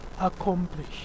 accomplish